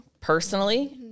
personally